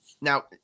now